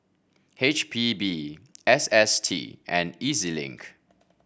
H P B S S T and E Z Link